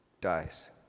dies